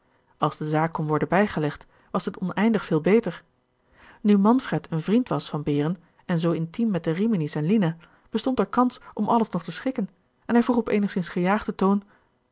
als de zaak kon worden bijgelegd was dit oneindig veel beter nu manfred een vriend was van behren en zoo intiem met de rimini's en lina bestond er kans om alles nog te schikken en hij vroeg op eenigzins gejaagden toon